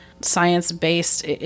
science-based